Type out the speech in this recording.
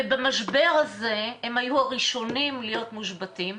במשבר הזה הם היו הראשונים להיות מושבתים,